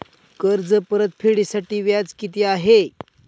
कर्ज परतफेडीसाठी व्याज किती आहे?